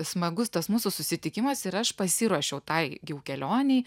smagus tas mūsų susitikimas ir aš pasiruošiau tai jau kelionei